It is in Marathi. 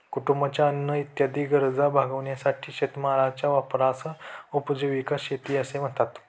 कुटुंबाच्या अन्न इत्यादी गरजा भागविण्यासाठी शेतीमालाच्या वापरास उपजीविका शेती असे म्हणतात